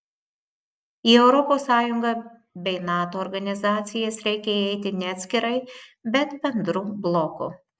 į europos sąjungą bei nato organizacijas reikia įeiti ne atskirai bet bendru bloku